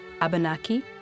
Abenaki